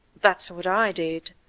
that's what i did!